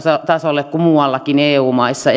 tasolle kuin muuallakin eu maissa